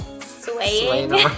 swaying